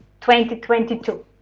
2022